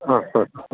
ആ ആ ആ